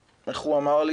לי,